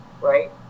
Right